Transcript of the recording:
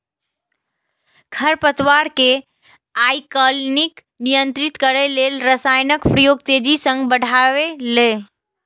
खरपतवार कें आइकाल्हि नियंत्रित करै लेल रसायनक प्रयोग तेजी सं बढ़लैए